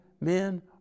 men